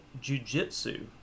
Jiu-Jitsu